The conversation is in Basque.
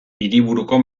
hiriburuko